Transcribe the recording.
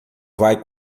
vai